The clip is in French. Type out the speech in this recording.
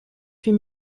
huit